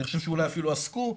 אני חושב שאולי אפילו עסקו,